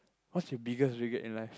what's your biggest regret in life